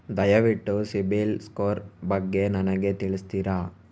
ದಯವಿಟ್ಟು ಸಿಬಿಲ್ ಸ್ಕೋರ್ ಬಗ್ಗೆ ನನಗೆ ತಿಳಿಸ್ತಿರಾ?